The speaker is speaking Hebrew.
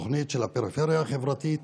תוכנית של הפריפריה החברתית